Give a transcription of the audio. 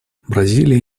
бразилия